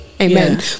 amen